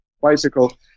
bicycle